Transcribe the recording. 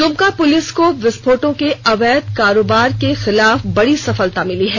दुमका जिले में पुलिस को विस्फोटकों के अवैध कारोबार के खिलाफ बड़ी सफलता मिली है